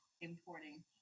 importing